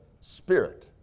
Spirit